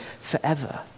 forever